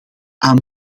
aan